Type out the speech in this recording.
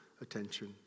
attention